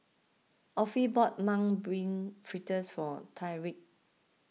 Offie bought Mung Bean Fritters for Tyrik